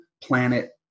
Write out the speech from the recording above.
planet